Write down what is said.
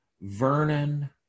Vernon